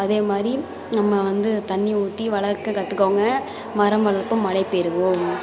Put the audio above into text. அதே மாதிரி நம்ம வந்து தண்ணி ஊற்றி வளர்க்க கற்றுக்கோங்க மரம் வளர்ப்போம் மழை பெறுவோம்